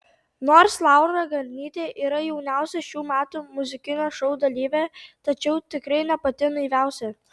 nors laura garnytė yra jauniausia šių metų muzikinio šou dalyvė tačiau tikrai ne pati naiviausia